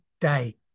day